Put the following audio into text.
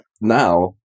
now